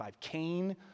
Cain